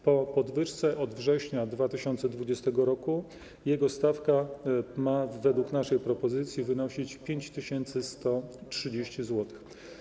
Po podwyżce od września 2020 r. jego stawka ma, według naszej propozycji, wynosić 5130 zł.